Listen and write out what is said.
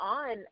on